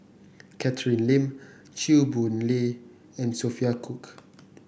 Catherine Lim Chew Boon Lay and Sophia Cooke